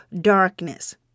darkness